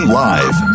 live